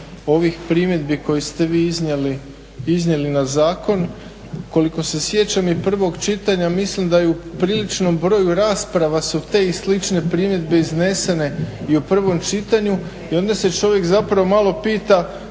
ovih primjedbi koje ste vi iznijeli na zakon. Koliko se sjećam i prvog čitanja, mislim da i u popriličnom broju rasprava su te i slične primjedbe iznesene i u prvom čitanju i onda se čovjek zapravo malo pita